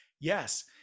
Yes